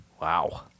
Wow